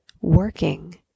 working